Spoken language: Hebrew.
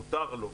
מותר לו.